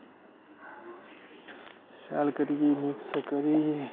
शैल करियै मिक्स करियै